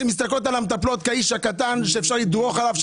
שהן מסתכלות על המטפלות כאיש הקטן שאפשר לדרוך עליו,